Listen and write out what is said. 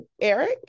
Eric